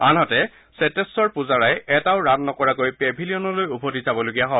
আনহাতে চেতেশ্বৰ পুজাৰাই এটাও ৰান নকৰাকৈ পেভেলিয়নলৈ উভতি যাবলগীয়া হয়